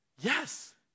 Yes